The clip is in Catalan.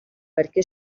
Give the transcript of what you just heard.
perquè